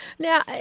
Now